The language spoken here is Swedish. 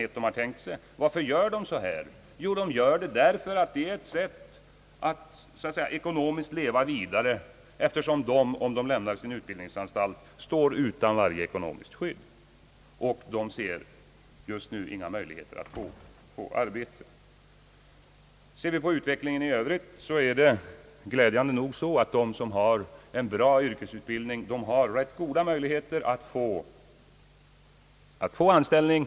För att ekonomiskt kunna leva vidare försöker de unga hålla sig kvar vid utbildningsanstalterna, eftersom de annars står utan ekonomiskt skydd, då de just nu inte ser några möjligheter att få arbete. Ser vi på utvecklingen i övrigt är det glädjande nog så att de som har en bra yrkesutbildning har goda möjligheter att få anställning.